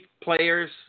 players